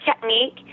technique